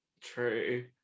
true